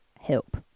help